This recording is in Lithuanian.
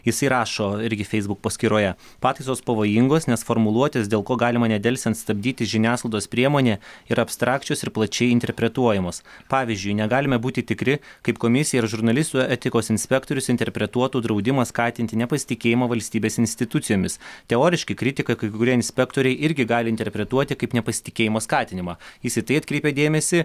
jisai rašo irgi feisbuk paskyroje pataisos pavojingos nes formuluotės dėl ko galima nedelsiant stabdyti žiniasklaidos priemonę yra abstrakčios ir plačiai interpretuojamos pavyzdžiui negalime būti tikri kaip komisija ar žurnalistų etikos inspektorius interpretuotų draudimą skatinti nepasitikėjimą valstybės institucijomis teoriškai kritiką kai kurie inspektoriai irgi gali interpretuoti kaip nepasitikėjimo skatinimą jis į tai atkreipė dėmesį